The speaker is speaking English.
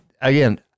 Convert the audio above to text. Again